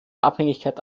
abhängigkeit